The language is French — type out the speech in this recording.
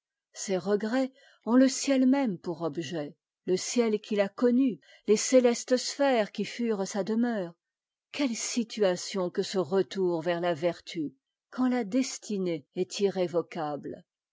ses regrets ont le ciel même pour objet le ciel qu'il a connu les célestes sphères qui furent sa demeure quelle situation que ce retour vers la vertu quand la destinée est irrévocable